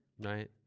Right